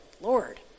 Lord